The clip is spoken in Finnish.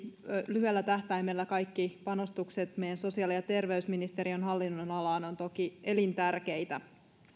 lyhyellä tähtäimellä kaikki panostukset meidän sosiaali ja terveysministeriön hallinnonalaan ovat toki elintärkeitä